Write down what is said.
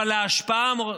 אבל ההשפעה המורלית,